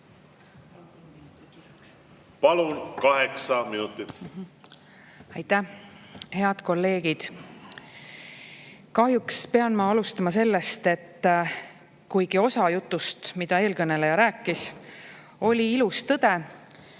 Palun, kaheksa minutit! Aitäh! Head kolleegid! Kahjuks pean ma alustama sellest, et kuigi osa jutust, mida eelkõneleja rääkis, oli ilus tõde,